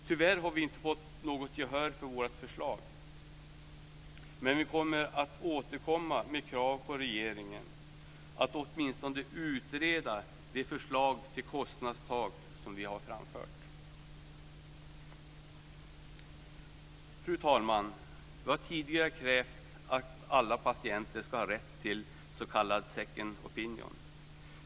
Tyvärr har vi inte fått något gehör för vårt förslag. Men vi kommer att återkomma med krav på att regeringen åtminstone utreder det förslag till kostnadstak som vi har framfört. Fru talman! Vi har tidigare krävt att alla patienter ska ha rätt till s.k. second opinion.